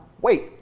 wait